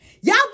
Y'all